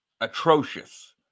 atrocious